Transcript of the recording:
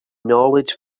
knowledge